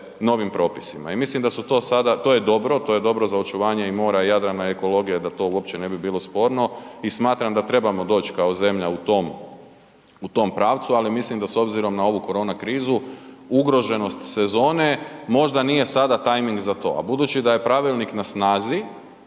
novim propisima i mislim da su to sada, to je dobro, to je dobro za očuvanje mora, Jadrana i ekologije da to uopće ne bi bilo sporno i smatram da trebamo doć kao zemlja u tom pravcu ali mislim da s obzirom na ovu korona krizu, ugroženost sezone možda nije sada tajming za to a budući da je pravilnik na snazi,